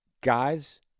Guys